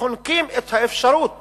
חונקים את האפשרות